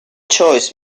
choice